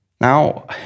Now